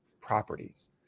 properties